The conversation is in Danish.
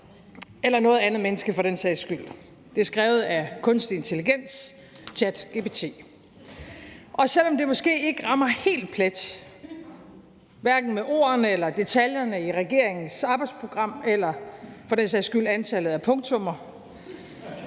eller af noget andet menneske for den sags skyld. Det er skrevet af kunstig intelligens, ChatGPT. Og selv om det måske ikke rammer helt plet, hverken med ordene eller detaljerne i regeringens arbejdsprogram eller for den sags skyld antallet af punktummer,